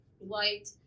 white